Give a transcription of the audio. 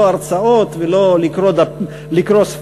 לא הרצאות ולא לקרוא ספרים,